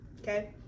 okay